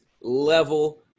level